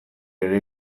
ere